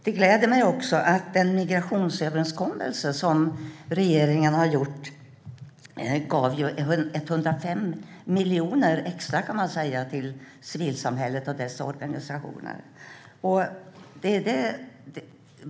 Det gläder mig att den migrationsöverenskommelse som regeringen gjort gav 105 miljoner extra till civilsamhället och dess organisationer.